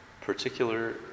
particular